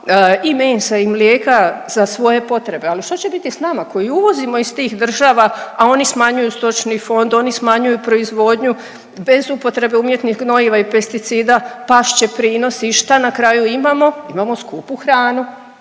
i mesa i mlijeka za svoje potrebe, ali šta će biti s nama koji uvozimo iz tih država, a oni smanjuju stočni fond, oni smanjuju proizvodnu bez upotrebe umjetnih gnojiva i pesticida, past će prinosi. I šta na kraju imamo? Imamo skupu hranu.